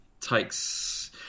takes